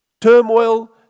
turmoil